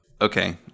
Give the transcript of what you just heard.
Okay